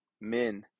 men